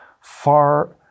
far